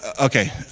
Okay